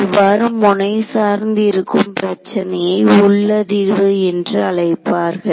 இவ்வாறு முனை சார்ந்து இருக்கும் பிரச்சினையை உள் அதிர்வு என்று அழைப்பார்கள்